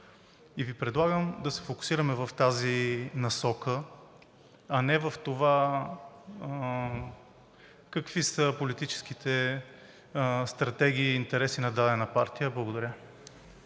него. Предлагам Ви да се фокусираме в тази насока, а не в това какви са политическите стратегии и интереси на дадена партия. Благодаря.